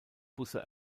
busse